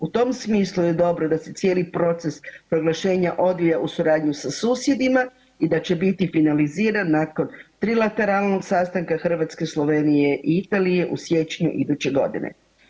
U tom smislu je dobro da se cijeli proces proglašenja odvija u suradnji sa susjedima i da će biti finaliziran nakon trilateralnog sastanka Hrvatske, Slovenije i Italije u siječnju iduće godine.